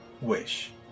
Wish